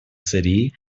city